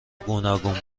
گوناگون